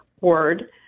word